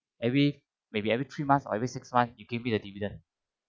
every maybe every three months every six months you give me the dividend